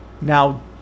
now